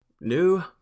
New